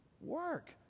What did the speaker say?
Work